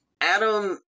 Adam